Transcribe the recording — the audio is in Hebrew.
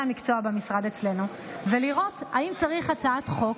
המקצוע במשרד אצלנו ולראות אם צריך הצעת חוק.